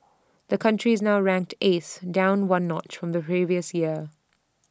the country is now ranked eighth down one notch from the previous year